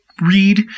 Read